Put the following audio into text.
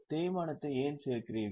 தேய்மானத்தை ஏன் சேர்க்கிறீர்கள்